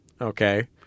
Okay